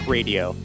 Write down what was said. Radio